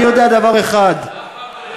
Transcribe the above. אני יודע דבר אחד, אף רב לא מתיר.